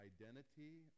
identity